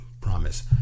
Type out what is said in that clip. promise